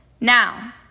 Now